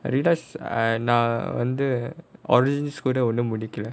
I realise I now under orange studio ஒன்னும் முடிக்கலே:onnum mudikalae